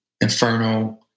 Inferno